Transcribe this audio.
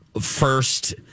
First